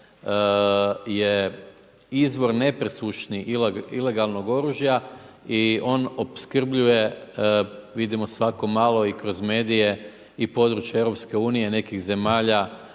je izvor nepresušnih ilegalnog oružja i on opskrbljuje, vidimo svako malo i kroz medije i područje EU, nekih zemalja